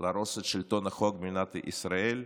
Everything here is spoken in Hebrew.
להרוס את שלטון החוק במדינת ישראל,